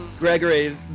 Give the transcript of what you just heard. Gregory